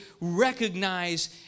recognize